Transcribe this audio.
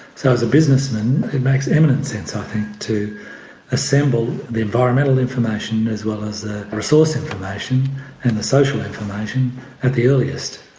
so as a businessman it makes eminent sense i think to assemble the environmental information as well as the resource information and the social information at the earliest.